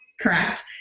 correct